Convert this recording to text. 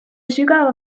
sügava